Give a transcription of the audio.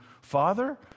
Father